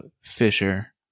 Fisher